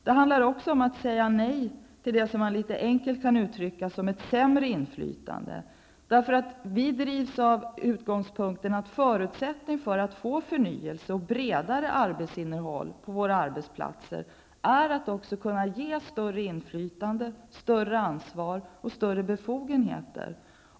Det handlar också om att säga nej till det som man litet enkelt kan uttrycka som ett sämre inflytande. Vi drivs av att en förutsättning för att det skall bli en förnyelse och ett bredare arbetsinnehåll på våra arbetsplatser är att de anställda skall kunna ges större inflytande, större ansvar och större befogenheter.